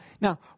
Now